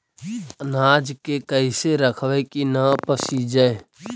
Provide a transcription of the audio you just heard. अनाज के कैसे रखबै कि न पसिजै?